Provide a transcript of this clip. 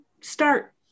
start